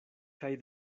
kaj